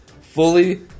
fully